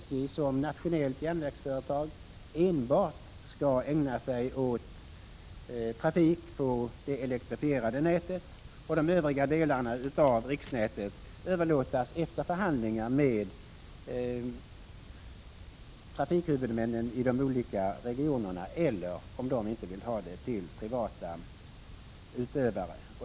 SJ som nationellt järnvägsföretag skall ägna sig åt trafik enbart på det elektrifierade nätet, och de övriga delarna av riksnätet skall efter förhandlingar överlåtas till trafikhuvudmännen i de olika regionerna eller, om de inte vill ha dem, till privata utövare.